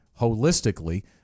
holistically